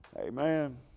Amen